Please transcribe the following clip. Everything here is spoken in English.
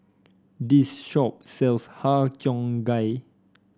this shop sells Har Cheong Gai